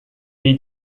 need